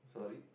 sorry